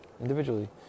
individually